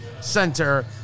center